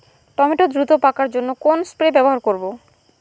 Tomato দ্রুত পাকার জন্য কোন ওষুধ স্প্রে করব?